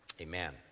amen